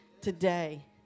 today